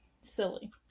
silly